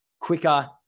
quicker